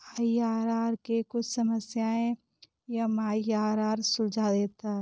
IRR की कुछ समस्याएं एम.आई.आर.आर सुलझा देता है